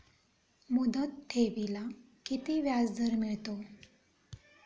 मुदत ठेवीला किती व्याजदर मिळतो?